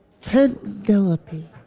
Penelope